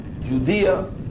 Judea